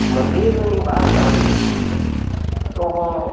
મંદિરની વાત આવે તો હું